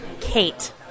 Kate